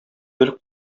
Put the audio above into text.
гел